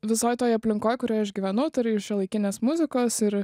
visoj toj aplinkoj kurioj aš gyvenu tai yra ir šiuolaikinės muzikos ir